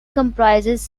comprises